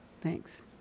Thanks